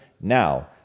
Now